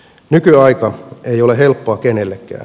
nykyaika ei ole helppoa kenellekään